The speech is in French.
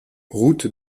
route